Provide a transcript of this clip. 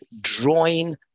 drawing